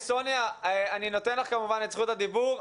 סוניה, אני נותן לך כמובן את זכות הדיבור.